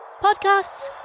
podcasts